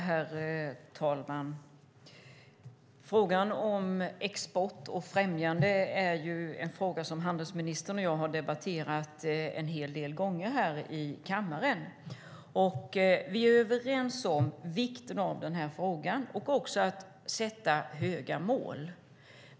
Herr talman! Frågan om exportfrämjande är en fråga som handelsministern och jag har debatterat flera gånger här i kammaren. Vi är överens om vikten av den frågan och också om att sätta höga mål.